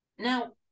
Now